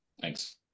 Thanks